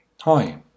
Hi